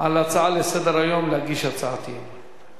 על הצעה לסדר-היום להגיש הצעת אי-אמון.